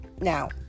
Now